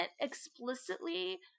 explicitly